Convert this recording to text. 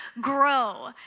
grow